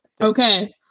Okay